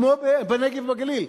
כמו בנגב ובגליל,